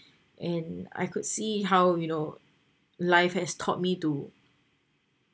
and I could see how you know life has taught me to